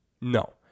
No